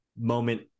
moment